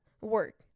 work